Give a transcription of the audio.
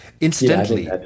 Incidentally